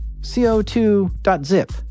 CO2.zip